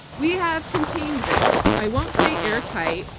we have contained this. i won't say airtight,